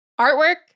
artwork